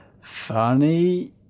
funny